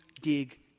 dig